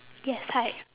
yes hi